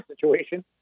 situation